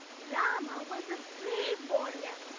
rama was a brave warrior,